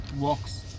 works